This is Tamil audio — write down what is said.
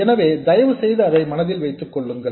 எனவே தயவு செய்து அதை மனதில் வைத்துக்கொள்ளுங்கள்